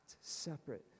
separate